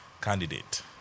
candidate